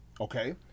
okay